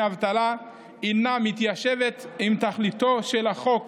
אבטלה אינן מתיישבות עם תכליתו של החוק